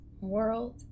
world